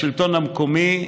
בשלטון המקומי,